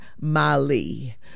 Mali